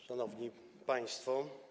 Szanowni Państwo!